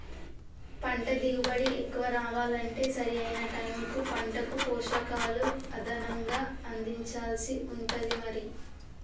పంట దిగుబడి ఎక్కువ రావాలంటే సరి అయిన టైముకు పంటకు పోషకాలు అదనంగా అందించాల్సి ఉంటది మరి